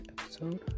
episode